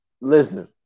listen